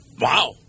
Wow